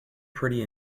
pretty